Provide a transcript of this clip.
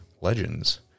Legends